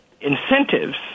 incentives